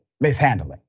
mishandling